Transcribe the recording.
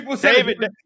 david